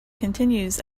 continues